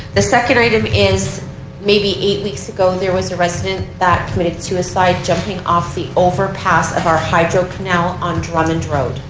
second item is maybe eight weeks ago there was a resident that committed suicide jumping off the overpass of our hydrocanal on drum and drode.